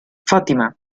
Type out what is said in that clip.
fátima